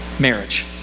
marriage